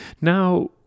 Now